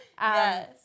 Yes